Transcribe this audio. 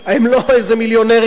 הם לא איזה מיליונרים.